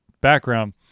background